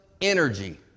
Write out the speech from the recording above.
energy